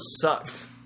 sucked